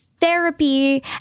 therapy